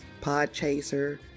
Podchaser